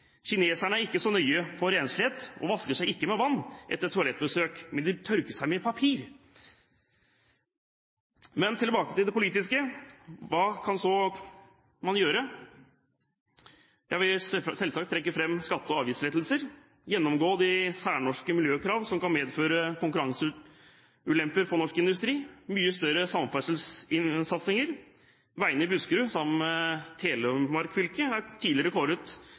er ikke så nøye på renslighet og vasker seg ikke med vann etter toalettbesøk, men de tørker seg med papir.» Men tilbake til det politiske: Hva kan man så gjøre? Jeg vil selvsagt trekke fram skatte- og avgiftslettelser. Vi må gjennomgå de særnorske miljøkrav, som kan medføre konkurranseulemper for norsk industri. Vi må ha mye større samferdselssatsinger. Veiene i Buskerud fylke, sammen med Telemark fylke, er tidligere